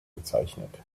bezeichnet